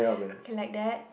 K like that